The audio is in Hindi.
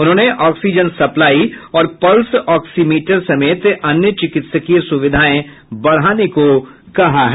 उन्होंने ऑक्सीजन सप्लाई और पल्स ऑक्सीमीटर समेत अन्य चिकित्सीय सुविधाएं बढ़ाने को भी कहा है